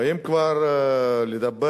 ואם כבר לדבר,